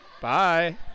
Bye